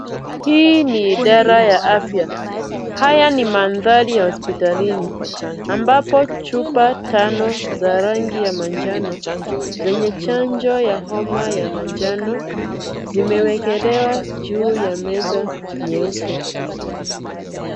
Hii ni idara ya afya, haya ni mandhari ya hospitalini ambapo chupa tano za rangi ya manjano zenye chanjo ya homa ya manjano zimewekelewa juu ya meza nyeupe.